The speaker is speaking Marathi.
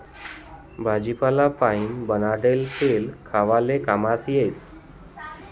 भाजीपाला पाइन बनाडेल तेल खावाले काममा येस